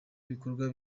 ibikorwa